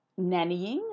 nannying